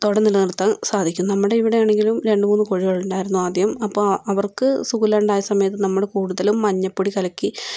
ആരോഗ്യത്തോടെ നിലനിർത്താൻ സാധിക്കും നമ്മുടെ ഇവിടെ ആണെങ്കിലും രണ്ട് മൂന്ന് കോഴികളുണ്ടായിരുന്നു ആദ്യം അപ്പം അവർക്ക് സുഖമില്ലാണ്ടായ സമയം നമ്മള് കൂടുതലും മഞ്ഞൾപ്പൊടി കലക്കി